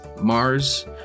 Mars